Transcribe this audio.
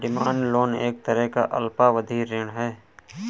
demand loan एक तरह का अल्पावधि ऋण है